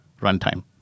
runtime